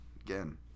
again